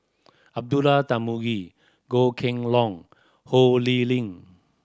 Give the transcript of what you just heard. Abdullah Tarmugi Goh Kheng Long Ho Lee Ling